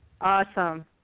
Awesome